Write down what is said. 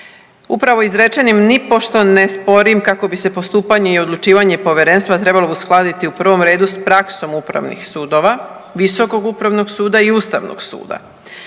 Upravo izrečenim nipošto ne sporim kako bi se postupanje i odlučivanje povjerenstva trebalo uskladiti u prvom redu sa praksom upravnih sudova, Visokog upravnog suda i Ustavnog suda,